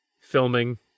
filming